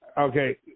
okay